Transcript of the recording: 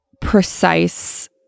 precise